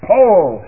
Paul